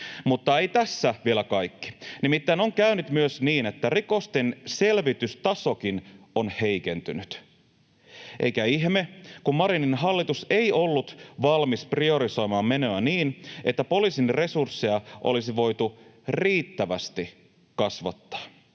Mutta ei tässä vielä kaikki. Nimittäin on käynyt myös niin, että rikosten selvitystasokin on heikentynyt, eikä ihme, kun Marinin hallitus ei ollut valmis priorisoimaan menoja niin, että poliisin resursseja olisi voitu riittävästi kasvattaa.